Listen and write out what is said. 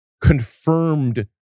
confirmed